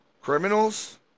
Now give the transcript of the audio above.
Criminals